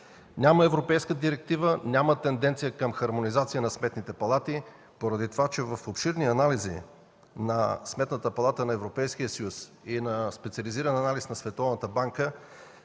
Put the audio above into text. Няма европейска директива, няма тенденция към хармонизация на типа сметни палати. В обширни анализи на Сметната палата на Европейския съюз и в специализиран анализ на Световната банка